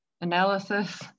analysis